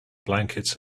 blankets